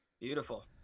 Beautiful